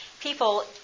people